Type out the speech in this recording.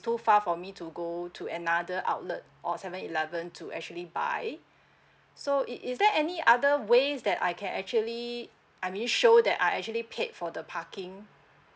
so far for me to go to another outlet or seven eleven to actually buy so it it is there any other ways that I can actually I mean show that I actually paid for the parking